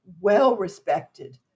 well-respected